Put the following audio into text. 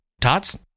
Tots